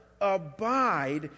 abide